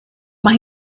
mae